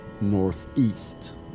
northeast